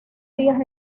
días